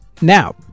Now